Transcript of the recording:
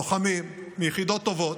לוחמים מיחידות טובות,